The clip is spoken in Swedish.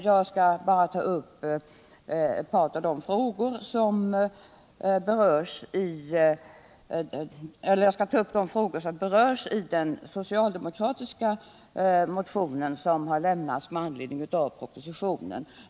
Jag skall bara ta upp de frågor som berörs i den socialdemokratiska motion som har väckts med anledning av propositionen.